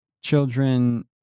Children